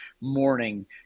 morning